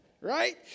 right